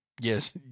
Yes